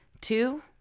two